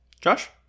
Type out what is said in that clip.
Josh